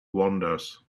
wanders